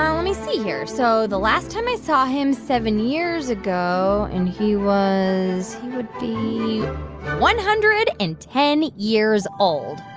um let me see here. so the last time i saw him seven years ago, and he was he would be one hundred and ten years old